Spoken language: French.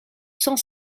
cent